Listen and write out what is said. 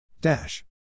Dash